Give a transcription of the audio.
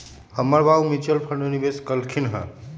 हमर बाबू mutual fund में निवेश कलखिंन्ह ह